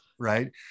right